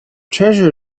treasure